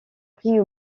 prix